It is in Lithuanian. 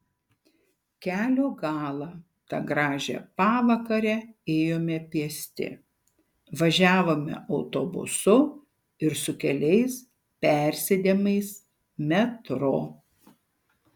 kelio galą tą gražią pavakarę ėjome pėsti važiavome autobusu ir su keliais persėdimais metro